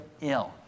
ill